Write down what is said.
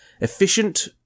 efficient